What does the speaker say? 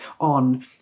on